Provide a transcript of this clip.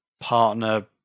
partner